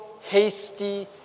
hasty